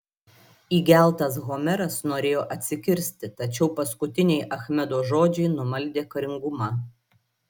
įgeltas homeras norėjo atsikirsti tačiau paskutiniai achmedo žodžiai numaldė karingumą